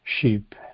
sheep